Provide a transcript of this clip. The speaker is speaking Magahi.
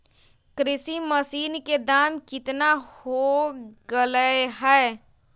कृषि मशीन के दाम कितना हो गयले है?